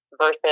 versus